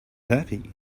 happy